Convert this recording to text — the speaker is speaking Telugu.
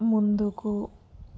ముందుకు